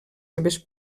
seves